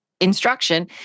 instruction